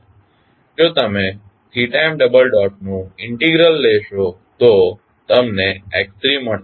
જો તમે m નું ઇન્ટિગ્રલ લેશો તો તમને x3 મળશે